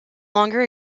longer